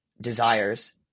desires